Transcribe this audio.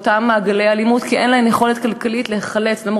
חוזרות לאותם מעגלי אלימות כי אין להן יכולת כלכלית להיחלץ מהם,